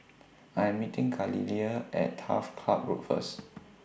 I Am meeting Galilea At Turf Ciub Road First